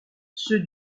ceux